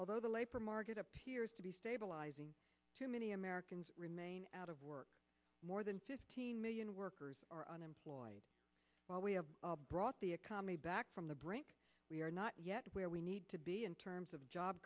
although the labor market appears to be stabilizing too many americans remain out of work more than fifteen million workers are unemployed while we have brought the economy back from the brink we are not yet where we need to be in terms of job